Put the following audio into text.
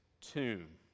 tomb